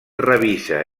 revisa